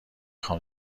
خوام